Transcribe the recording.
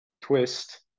Twist